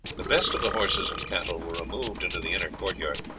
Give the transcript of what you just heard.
the best of the horses and cattle were removed into the inner court-yard.